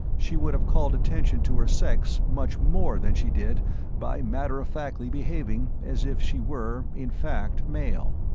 she would have called attention to her sex much more than she did by matter-of-factly behaving as if she were, in fact, male.